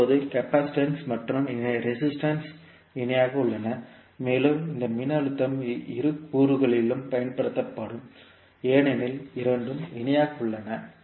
இப்போது கெபாசிஸ்டன்ட்ஸ் மற்றும் ரேசிஸ்டன்ட்ஸ் இணையாக உள்ளன மேலும் இந்த மின்னழுத்தம் இரு கூறுகளிலும் பயன்படுத்தப்படும் ஏனெனில் இரண்டும் இணையாக உள்ளன